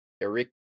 Eric